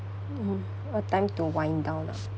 mmhmm a time to wind down ah